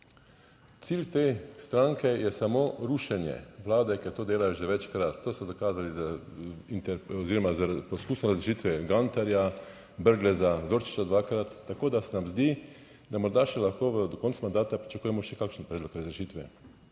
Cilj te stranke je samo rušenje Vlade, ker to delajo že večkrat. To so dokazali oziroma s poskusom razrešitve Gantarja, Brgleza, Zorčiča dvakrat, tako da se nam zdi, da morda še lahko do konca mandata pričakujemo še kakšen predlog razrešitve,